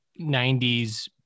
90s